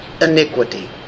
iniquity